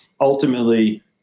ultimately